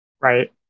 Right